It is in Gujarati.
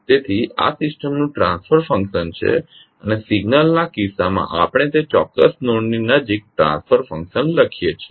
તેથી આ સિસ્ટમનું ટ્રાન્સફર ફંક્શન છે અને સિગ્નલના કિસ્સામાં આપણે તે ચોક્કસ નોડની નજીક ટ્રાન્સફર ફંક્શન લખીએ છીએ